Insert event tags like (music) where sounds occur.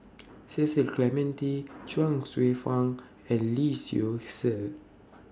(noise) Cecil Clementi Chuang Hsueh Fang (noise) and Lee Seow Ser